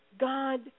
God